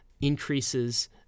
increases